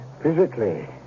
physically